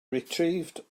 retrieved